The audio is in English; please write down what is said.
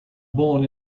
born